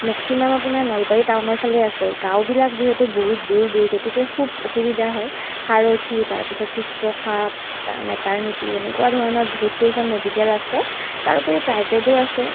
maximum আপোনাৰ নলবাৰী টাউনৰ ফালেই আছে গাঁওবিলাক যিহেতু বহুত দূৰ দূৰ গতিকে খুব অসুবিধা হয় সাৰথি তাৰপিছত শুশ্ৰষা তাৰপিছত মেটাৰনিটি এনেকুৱা ধৰণৰ বহুতকেইখন মেডিকেল আছে তাৰোপৰি প্ৰাইভেটো আছে